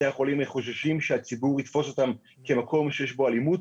בתי החולים חוששים שהציבור יתפוס אותם כמקום שיש בו אלימות,